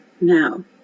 Now